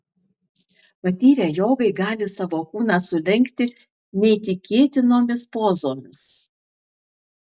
patyrę jogai gali savo kūną sulenkti neįtikėtinomis pozomis